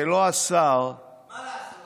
מה לעשות?